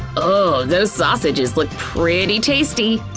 ooh, those sausages look pretty tasty!